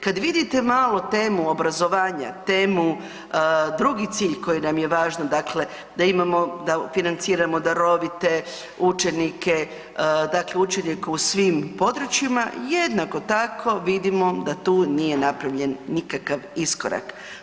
Kad vidite malo temu obrazovanja, temu, drugi cilj koji nam je važan, dakle da imamo, da financiramo darovite učenike, dakle učenike u svim područjima, jednako tako vidimo da tu nije napravljen nikakav iskorak.